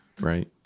right